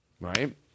right